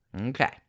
Okay